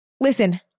listen